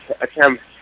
attempt